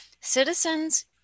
citizens